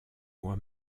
moi